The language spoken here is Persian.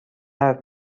حرف